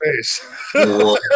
face